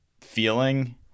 feeling